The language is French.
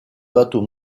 bateau